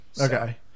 okay